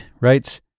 writes